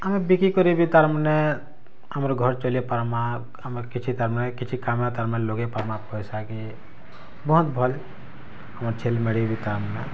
ଆମେ ବିକିକରି ବି ତାର୍ମାନେ ଆମର୍ ଘର୍ ଚଲେଇପାର୍ମାଁ ଆମେ କିଛି ତାର୍ମାନେ କିଛି କାମେ ତାର୍ମାନେ ଲଗାଇପାର୍ମାଁ ପଇସାକେ ବହୁତ୍ ଭଲ୍ ଆମର୍ ଛେଲ୍ ମେଣ୍ଡିବି ତାର୍ମାନେ